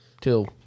Till